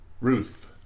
Ruth